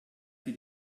sie